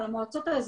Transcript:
על המועצות האזוריות,